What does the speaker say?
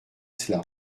cela